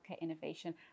innovation